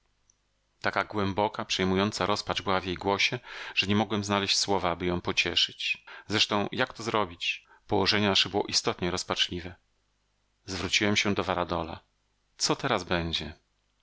taka głęboka przejmująca rozpacz była w jej głosie że nie mogłem znaleść słowa aby ją pocieszyć zresztą jak to zrobić położenie nasze było istotnie rozpaczliwe zwróciłem się do varadola co teraz będzie